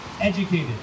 educated